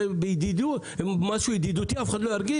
שזה משהו ידידותי שאף אחד לא ירגיש?